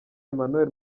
emmanuel